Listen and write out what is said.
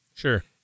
Sure